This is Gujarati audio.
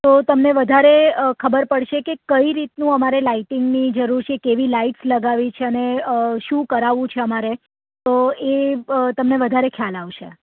તો તમને વધારે ખબર પડશે કે કઈ રીતનું અમારે લાઇટિંગની જરૂર છે કેવી લાઇટ્સ લગાવવી છે અને શું કરાવવું છે અમારે તો એ તમને વધારે ખ્યાલ આવશે